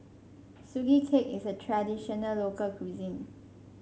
Sugee Cake is a traditional local cuisine